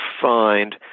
find